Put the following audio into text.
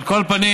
על כל פנים,